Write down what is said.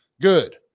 Good